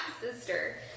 sister